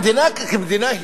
המדינה כמדינה,